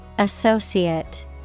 Associate